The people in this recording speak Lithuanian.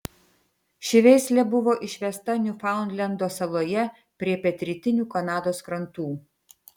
ši veislė buvo išvesta niufaundlendo saloje prie pietrytinių kanados krantų